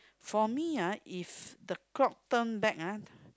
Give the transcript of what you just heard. for me ah if the clock turn back ah